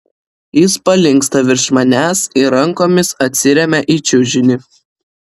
jis palinksta virš manęs ir rankomis atsiremia į čiužinį